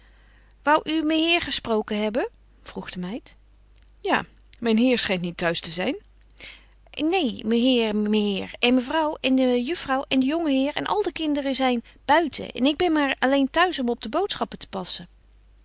wou u meheer gesproken hebben vroeg de meid ja mijnheer schijnt niet tehuis te zijn neen meheer meheer en mevrouw en de juffrouw en de jongeheer en al de kinderen zijn buiten en ik ben maar alleen thuis om op de boodschappen te passen